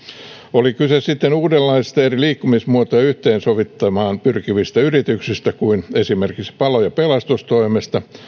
oli kyse sitten niin uudenlaisista eri liikkumismuotoja yhteensovittamaan pyrkivistä yrityksistä kuin esimerkiksi palo ja pelastustoimesta